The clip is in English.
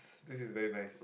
this is very nice